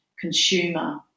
consumer